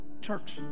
Church